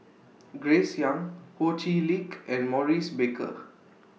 Grace Young Ho Chee Lick and Maurice Baker